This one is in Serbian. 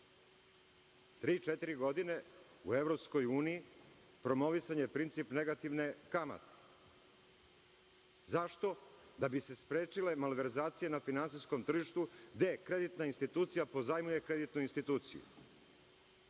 godine, u EU promovisan je princip negativne kamate. Zašto? Da bi se sprečile malverzacije na finansijskom tržištu, gde kreditna institucija pozajmljuje kreditnoj instituciji.